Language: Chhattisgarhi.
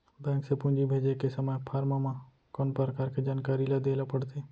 बैंक से पूंजी भेजे के समय फॉर्म म कौन परकार के जानकारी ल दे ला पड़थे?